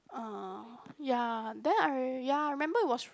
uh ya then I ya I remember it was